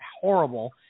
horrible